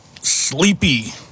Sleepy